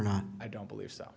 not i don't believe so